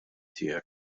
tiegħek